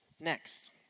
next